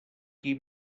qui